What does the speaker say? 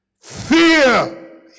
Fear